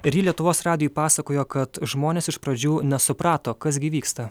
ir ji lietuvos radijui pasakojo kad žmonės iš pradžių nesuprato kas gi vyksta